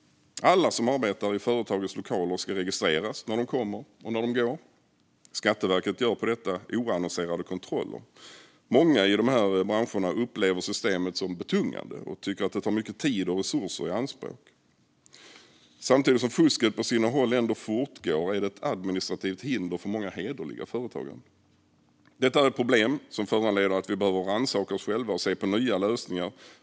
Alla som arbetar i företagets lokaler ska registreras när de kommer och när de går. Skatteverket gör på detta oannonserade kontroller. Många i de här branscherna upplever systemet som betungande och tycker att det tar mycket tid och resurser i anspråk. Samtidigt som fusket på sina håll ändå fortgår är det ett administrativt hinder för många hederliga företagare. Detta är ett problem som föranleder att vi behöver rannsaka oss själva och se på nya lösningar.